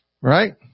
right